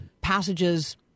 passages